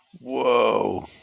Whoa